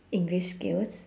english skills